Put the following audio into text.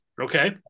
Okay